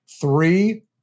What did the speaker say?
three